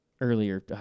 earlier